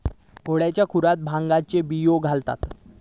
घोड्यांच्या खुराकात भांगेचे बियो घालतत